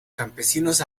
campesinos